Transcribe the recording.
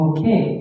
Okay